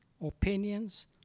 opinions